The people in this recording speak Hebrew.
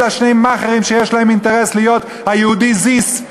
אלא שני מאכערים שיש להם אינטרס להיות היהודי זיס,